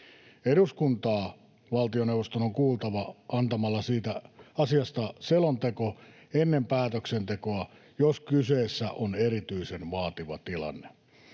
Eduskuntaa valtioneuvoston on kuultava antamalla asiasta selonteko ennen päätöksentekoa, jos kyseessä on erityisen vaativa tilanne.